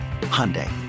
Hyundai